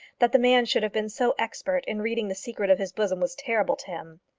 that the man should have been so expert in reading the secret of his bosom was terrible to him.